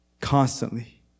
constantly